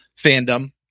fandom